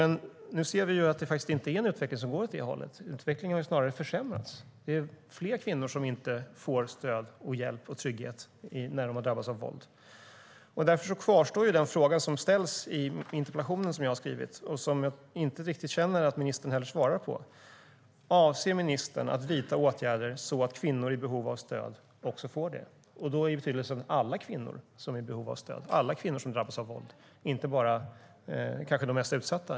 Nu ser vi dock att utvecklingen faktiskt inte går åt det hållet utan att den snarare har försämrats - det är fler kvinnor som inte får stöd, hjälp och trygghet när de har drabbats av våld. Därför kvarstår den fråga som ställs i interpellationen jag har skrivit och som jag inte riktigt känner att ministern har svarat på: Avser ministern att vidta åtgärder så att kvinnor som är i behov av stöd också får det? Det gäller alla kvinnor som är i behov av stöd, alltså alla kvinnor som drabbas av våld och inte bara de mest utsatta.